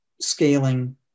scaling